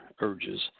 urges